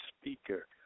speaker